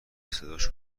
صداش